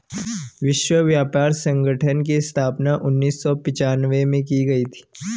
विश्व व्यापार संगठन की स्थापना उन्नीस सौ पिच्यानवे में की गई थी